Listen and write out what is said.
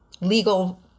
legal